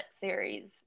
series